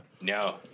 No